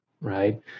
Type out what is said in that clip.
right